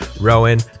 Rowan